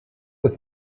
with